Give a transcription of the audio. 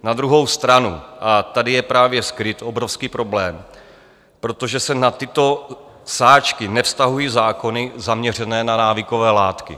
Na druhou stranu a tady je právě skryt obrovský problém, protože se na tyto sáčky nevztahují zákony zaměřené na návykové látky.